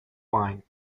wine